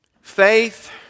Faith